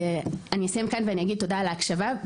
אני אסיים כאן ואגיד תודה על ההקשבה,